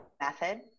method